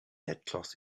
headcloth